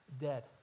dead